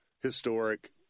historic